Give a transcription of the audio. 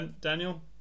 Daniel